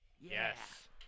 Yes